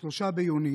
ב-3 ביוני,